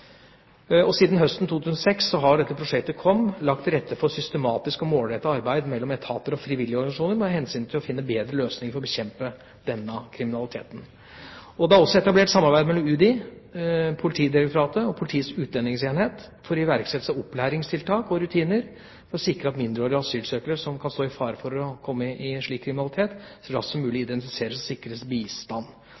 Siden høsten 2006 har KOM-prosjektet lagt til rette for systematisk og målrettet samarbeid mellom etater og frivillige organisasjoner med hensyn til å finne bedre løsninger for å bekjempe denne kriminaliteten. Det er også etablert samarbeid mellom UDI, Politidirektoratet og Politiets utlendingsenhet for iverksettelse av opplæringstiltak og rutiner for å sikre at mindreårige asylsøkere som kan stå i fare for å bli utsatt for slik kriminalitet, så raskt som mulig